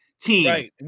team